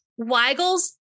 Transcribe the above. Weigel's